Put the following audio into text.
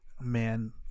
man